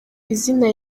izina